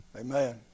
Amen